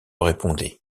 répondait